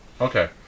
Okay